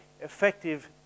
effective